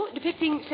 depicting